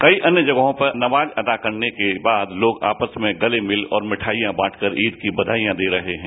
कई अन्य जगहों पर नमाज अता करने के बाद लोग आपस में गले मिल और मिठाइयां बांटकर ईद की बघाई दे रहे हैं